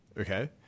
okay